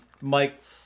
Mike